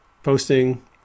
posting